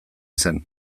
zen